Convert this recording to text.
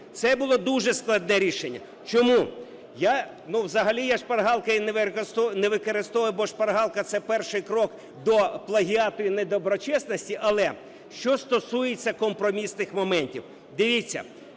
Це було дуже складне рішення. Чому? Я… ну, взагалі, я шпаргалки не використовую, бо шпаргалка – це перший крок до плагіату і недоброчесності. Але, що стосується компромісних моментів, дивіться,